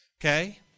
Okay